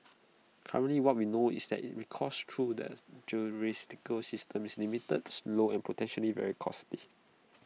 currently what we know is that in recourse through that system is limited slow and potentially very costly